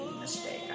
mistake